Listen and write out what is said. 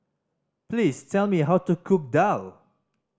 please tell me how to cook daal